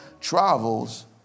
travels